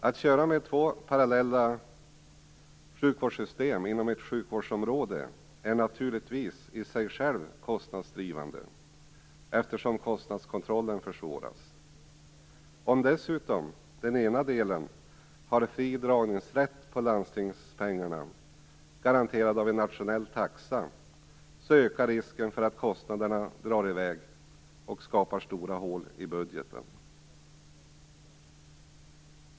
Att ha två parallella sjukvårdssystem inom ett sjukvårdsområde är naturligtvis i sig självt kostnadsdrivande, eftersom kostnadskontrollen försvåras. Om dessutom den ena delen har fri dragningsrätt på landstingspengarna, garanterad av en nationell taxa, ökar risken för att kostnaderna drar i väg och skapar stora hål i budgeten.